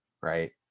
right